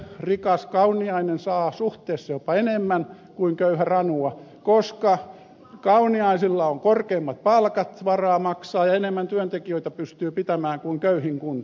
rikas kauniainen saa suhteessa jopa enemmän kuin köyhä ranua koska kauniaisissa on korkeimmat palkat varaa maksaa ja se pystyy pitämään enemmän työtekijöitä kuin köyhin kunta